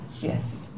Yes